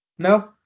No